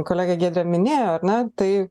kolegė giedrė minėjo ar ne tai